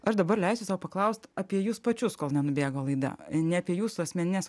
aš dabar leisiu sau paklaust apie jus pačius kol nenubėgo laida ne apie jūsų asmenines